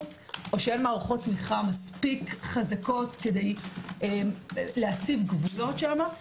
או שאין מערכות תמיכה מספיק חזקות כדי להציב גם גבולות שם.